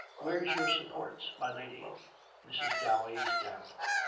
where's your supports, my lady mrs. dowey is damped.